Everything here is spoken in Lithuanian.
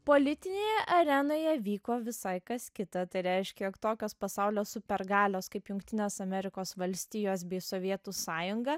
politinėje arenoje vyko visai kas kita tai reiškia jog tokios pasaulio supergalios kaip jungtinės amerikos valstijos bei sovietų sąjunga